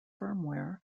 firmware